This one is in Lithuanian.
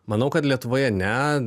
manau kad lietuvoje ne